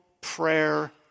prayer